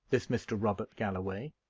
this mr. robert galloway,